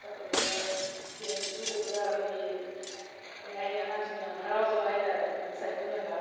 ꯆꯠꯄꯗꯨꯗ ꯄ꯭ꯂꯦꯟꯁꯤꯁꯨ ꯎꯕꯗ ꯑꯩꯈꯣꯏꯒꯤ ꯀꯔꯤ ꯍꯥꯏꯅꯤ ꯑꯉꯥꯡꯁꯤꯡ ꯌꯥꯝ ꯍꯔꯥꯎꯖꯕ ꯍꯥꯏꯇꯥꯔꯦ ꯌꯥꯝ ꯑꯦꯛꯁꯥꯏꯠꯃꯦꯟꯠ ꯑꯣꯏꯕ